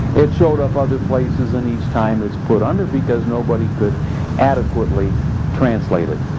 it showed up other places and each time it's put under because nobody could adequately translate it.